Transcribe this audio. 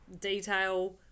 detail